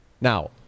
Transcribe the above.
Now